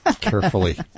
carefully